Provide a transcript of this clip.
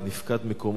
נפקד מקומו.